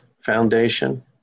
Foundation